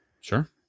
Sure